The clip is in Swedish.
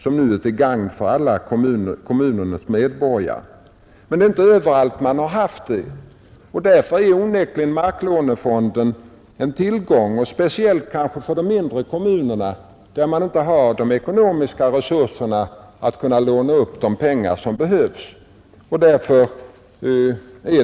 Men man har inte kunnat göra detta överallt, och marklånefonden är därför onekligen en tillgång, speciellt kanske för de mindre kommunerna som inte har ekonomiska resurser och som inte kan låna upp de pengar som behövs.